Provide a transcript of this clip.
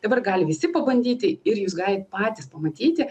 dabar gali visi pabandyti ir jūs galit patys pamatyti